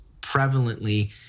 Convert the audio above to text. prevalently